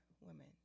women